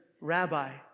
Rabbi